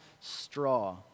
straw